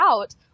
out